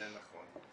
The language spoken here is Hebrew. זה נכון.